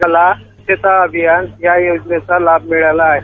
मला स्वच्छता अभियान या योजनेचा लाभ मिळाला आहे